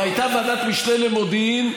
והייתה ועדת משנה למודיעין,